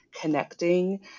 connecting